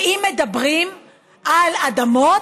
ואם מדברים על אדמות,